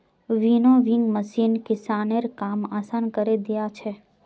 winnowing machine किसानेर काम आसान करे दिया छे